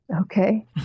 Okay